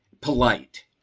polite